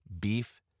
beef